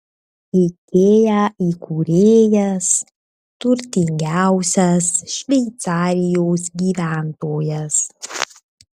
ikea įkūrėjas turtingiausias šveicarijos gyventojas